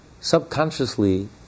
subconsciously